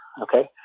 Okay